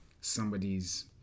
somebody's